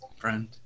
friend